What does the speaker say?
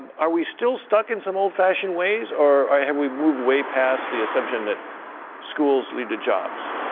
are we still stuck in some old-fashioned ways or have we moved way past the assumption that schools lead to jobs?